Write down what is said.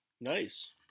Nice